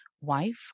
wife